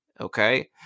Okay